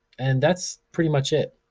and that's pretty much it.